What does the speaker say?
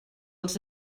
els